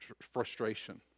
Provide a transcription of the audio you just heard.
frustration